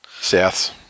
South